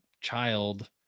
child